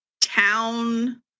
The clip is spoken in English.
town